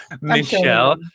michelle